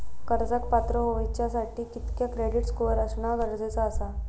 कर्जाक पात्र होवच्यासाठी कितक्या क्रेडिट स्कोअर असणा गरजेचा आसा?